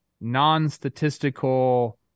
non-statistical